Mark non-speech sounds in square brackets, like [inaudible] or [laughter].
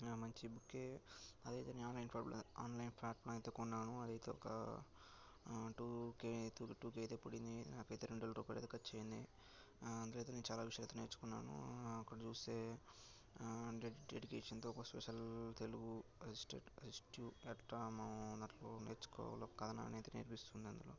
మంచి బుక్కే అది అయితేనే ఏమి ప్రాబ్లం లేదు ఆన్లైన్ ప్లాట్ఫామ్లో అయితే కొన్నాను అది అయితే ఒక టూ కే టూ కే అయితే పడింది నాకైతే రెండు వేల రూపాయలు అయితే ఖర్చు అయింది అందులో అయితే నేను అయితే చాలా విషయాలు అయితే నేర్చుకున్నాను అక్కడ చూస్తే డెడికేషన్తో ఒక స్పెషల్ తెలుగు [unintelligible] ఎట్లా నేర్చుకోవాలో ఒక కథనం అనేది నేర్పిస్తుంది అందులో